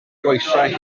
goesau